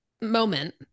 moment